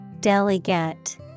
Delegate